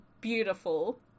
beautiful